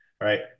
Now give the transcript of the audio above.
Right